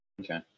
okay